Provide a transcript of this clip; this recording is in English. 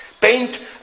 Paint